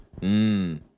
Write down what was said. Mmm